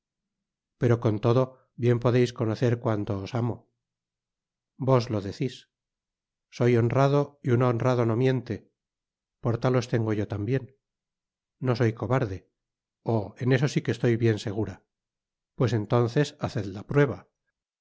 pero con todo bien podeis conocer cuanto os amo vos lo decis soy honrado y un honrado no miente por tal os tengo yo tambien no soy cobarde oh en eso si que estoy bien segura pues entonces haced la prueba